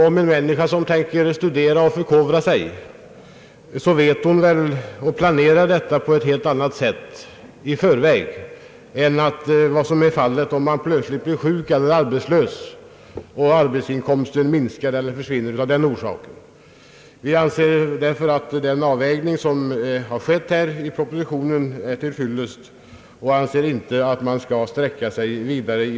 Om en människa skall studera planerar hon väl detta i förväg på ett annat sätt än som blir fallet om hon plötsligt blir sjuk eller arbetslös och arbetsinkomsten minskar eller försvinner av den orsaken. Vi anser därför att den avvägning som har skett i propositionen är till fyllest och anser inte att man skall sträcka sig längre.